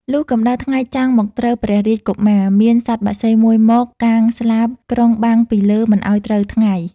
លុះកម្ដៅថ្ងៃចាំងមកត្រូវព្រះរាជកុមារ មានសត្វបក្សី ១ មក កាងស្លាបក្រុងបាំងពីលើមិនឲ្យត្រូវថ្ងៃ ។